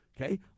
Okay